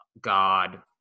God